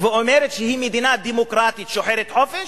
ואומרת שהיא מדינה דמוקרטית שוחרת חופש,